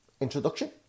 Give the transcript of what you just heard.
introduction